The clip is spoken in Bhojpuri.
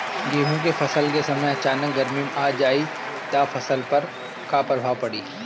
गेहुँ के फसल के समय अचानक गर्मी आ जाई त फसल पर का प्रभाव पड़ी?